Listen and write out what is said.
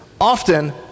often